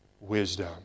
wisdom